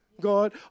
God